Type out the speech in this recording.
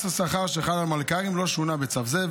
השכר שחל על מלכ"רים לא שונה בצו זה,